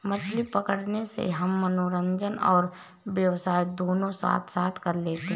मछली पकड़ने से हम मनोरंजन और व्यवसाय दोनों साथ साथ कर लेते हैं